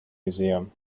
museum